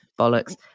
bollocks